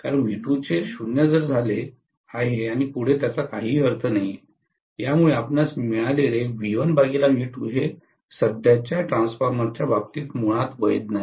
कारण V2 चे 0 झाले आहे आणि पुढे त्याचा काहीही अर्थ नाही आहे यामुळे आपणास मिळालेले हे सध्याच्या ट्रान्सफॉर्मरच्या बाबतीत मुळात वैध नाही